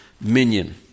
minion